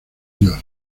dios